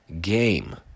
game